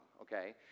okay